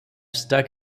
stuck